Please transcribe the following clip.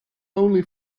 only